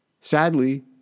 Sadly